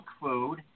food